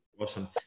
Awesome